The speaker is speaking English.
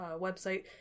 website